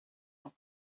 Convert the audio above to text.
and